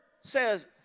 says